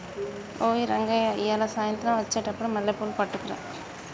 ఓయ్ రంగయ్య ఇయ్యాల సాయంత్రం అచ్చెటప్పుడు మల్లెపూలు పట్టుకరా